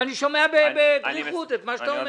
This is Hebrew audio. ואני שומע בדריכות את מה שאתה אומר,